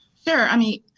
sure, i mean,